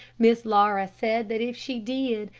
miss laura said that if she did,